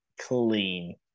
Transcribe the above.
clean